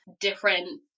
different